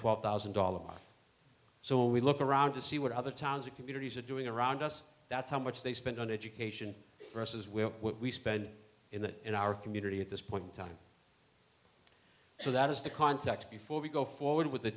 twelve thousand dollars mark so when we look around to see what other towns and communities are doing around us that's how much they spent on education versus where we spent in the in our community at this point in time so that is the context before we go forward with the